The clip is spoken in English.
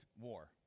war